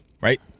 right